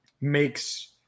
makes